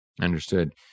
Understood